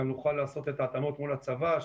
גם נוכל לעשות את ההתאמות מול הצבא,